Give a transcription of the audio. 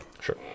Sure